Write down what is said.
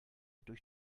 durch